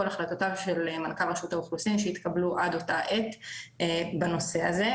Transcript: החלטותיו של מנכ"ל רשות האוכלוסין שהתקבלו עד אותה עת בנושא הזה,